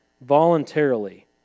voluntarily